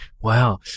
Wow